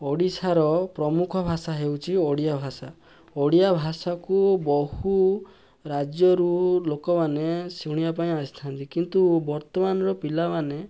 ଓଡ଼ିଶାର ପ୍ରମୁଖ ଭାଷା ହେଉଛି ଓଡ଼ିଆଭାଷା ଓଡ଼ିଆଭାଷାକୁ ବହୁ ରାଜ୍ୟରୁ ଲୋକମାନେ ଶୁଣିବାପାଇଁ ଆସିଥାନ୍ତି କିନ୍ତୁ ବର୍ତ୍ତମାନର ପିଲାମାନେ